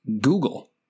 Google